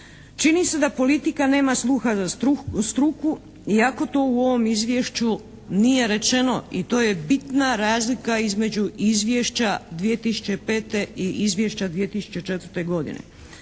čini se da politika nema sluha za struku iako to u ovom izvješću nije rečeno i to je bitna razlika između izvješća 2005. i izvješća 2004. godine.